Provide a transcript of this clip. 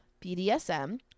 BDSM